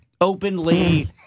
Openly